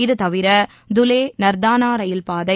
இது தவிர துலே நர்தானா ரயில்பாதை